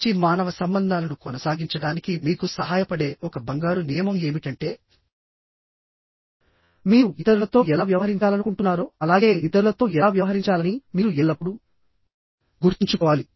మంచి మానవ సంబంధాలను కొనసాగించడానికి మీకు సహాయపడే ఒక బంగారు నియమం ఏమిటంటేమీరు ఇతరులతో ఎలా వ్యవహరించాలనుకుంటున్నారో అలాగే ఇతరులతో ఎలా వ్యవహరించాలని మీరు ఎల్లప్పుడూ గుర్తుంచుకోవాలి